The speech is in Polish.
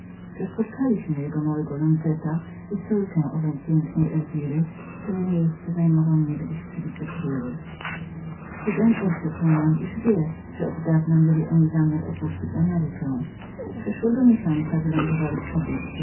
że spotkaliśmy jego małego lonzeta i córkę tej pięknej elwiry której miejsce zajął był niegdyś przy wicekrólu cygan odrzekł nam iż wiedział że oddawna mieli zamiar opuszczenia ameryki że przeszłego miesiąca wylądowali w kadyxie